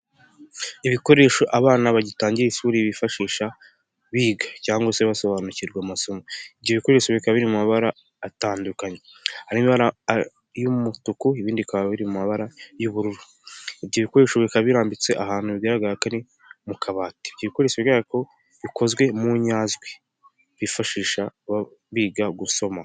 Ibikoresho abana bagitangira ishuri bifashisha biga cyangwa se basobanukirwa amasomo, ibyo bikoresho bikaba biri mu mabara atandukanye y'umutuku ibindi bikaba biri mu mabara y'ubururu, ibyo bikoresho bikaba birambitse ahantu bigaragarara ko ari mu kabati, ibyi bikoresho bigaragara ko bikozwe mu nyajwi bifashisha biga gusoma.